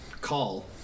call